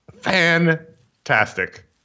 fantastic